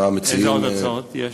מה המציעים, איזה עוד הצעות יש?